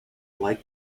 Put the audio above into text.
like